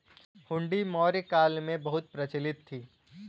हुंडी मौर्य काल में बहुत प्रचलित थी